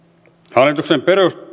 hallituksen